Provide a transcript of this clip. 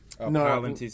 No